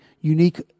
unique